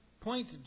point